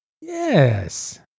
Yes